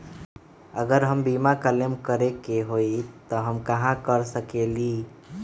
अगर बीमा क्लेम करे के होई त हम कहा कर सकेली?